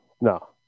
No